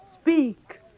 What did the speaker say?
Speak